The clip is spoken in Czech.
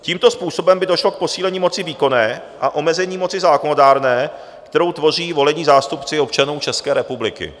Tímto způsobem by došlo k posílení moci výkonné a omezení moci zákonodárné, kterou tvoří volení zástupci občanů České republiky.